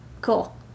Cool